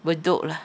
bedok lah